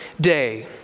day